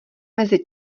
mezi